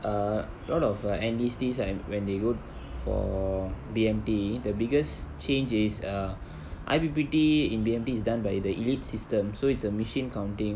err a lot of like enlistees an~ when they go for B_M_T the biggest change is err I_P_P_T in B_M_T is done by the elite system so it's a machine counting